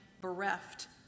bereft